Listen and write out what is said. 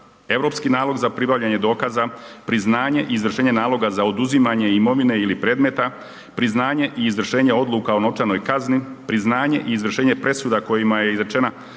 Europski nalog za pribavljanje dokaza, priznanje i izvršenje naloga za oduzimanje imovine ili predmeta, priznanje i izvršenje odluka o novčanoj kazni, priznanje i izvršenje presuda u kojima je izrečena